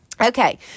Okay